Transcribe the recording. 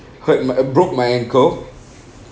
hurt m~ uh broke my ankle